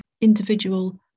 individual